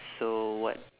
so what